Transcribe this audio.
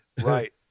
Right